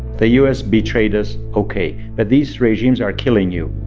the u s. betrayed us. ok, but these regimes are killing you,